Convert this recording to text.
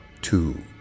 two